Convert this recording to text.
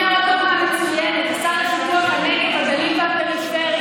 בקריית הממשלה